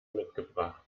mitgebracht